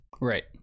right